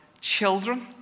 children